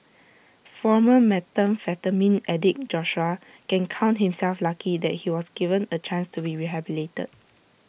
former methamphetamine addict Joshua can count himself lucky that he was given A chance to be rehabilitated